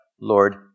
Lord